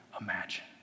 imagine